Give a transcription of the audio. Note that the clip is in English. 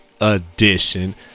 edition